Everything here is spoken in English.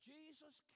Jesus